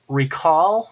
recall